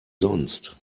sonst